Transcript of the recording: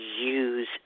Use